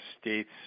states